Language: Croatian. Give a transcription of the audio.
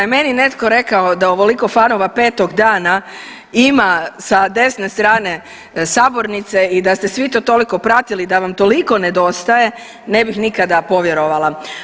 Da je meni netko rekao da ovoliko fanova Petog dana ima sa desne strane sabornice i da ste svi to toliko pratili da vam toliko nedostaje, ne bih nikada povjerovala.